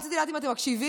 רציתי לדעת אם אתם מקשיבים,